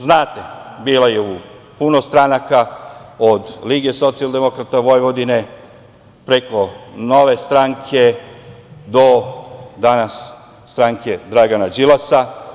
Znate, bila je u puno stranaka, od LSV, preko Nove stranke, do danas stranke Dragana Đilasa.